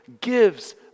gives